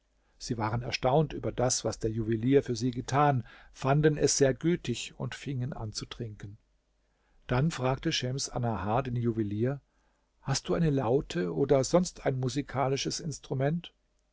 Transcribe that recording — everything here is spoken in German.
sie waren erstaunt über das was der juwelier für sie getan fanden es sehr gütig und fingen an zu trinken dann fragte schems annahar den juwelier hast du eine laute oder sonst ein musikalisches instrument